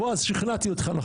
בועז, שכנעתי אותך, נכון?